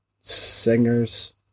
singers